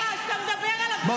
מי אתה שאתה מדבר עליו בכלל?